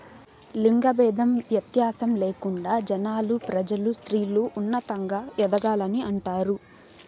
లింగ భేదం వ్యత్యాసం లేకుండా జనాలు ప్రజలు స్త్రీలు ఉన్నతంగా ఎదగాలని అంటారు